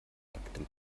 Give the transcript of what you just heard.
nacktem